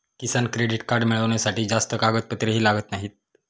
किसान credit card मिळवण्यासाठी जास्त कागदपत्रेही लागत नाहीत